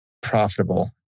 profitable